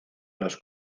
los